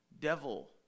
devil